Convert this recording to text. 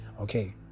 Okay